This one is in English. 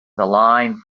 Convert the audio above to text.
line